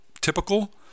typical